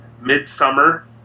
Midsummer